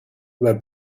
were